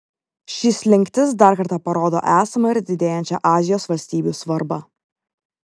ši slinktis dar kartą parodo esamą ir didėjančią azijos valstybių svarbą